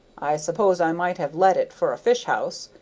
i suppose i might have let it for a fish-house,